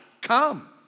come